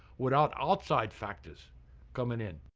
without outside factors coming in.